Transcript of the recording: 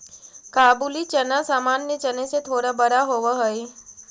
काबुली चना सामान्य चने से थोड़ा बड़ा होवअ हई